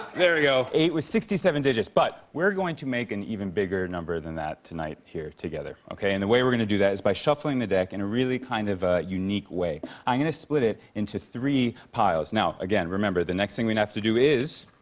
there we go. eight with sixty seven digits, but we're going to make an even bigger number than that tonight here together, okay? and the way we're gonna do that is by shuffling the deck in a really kind of ah unique way. i'm gonna split it into three piles. now, again, remember, the next thing we have to do is?